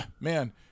man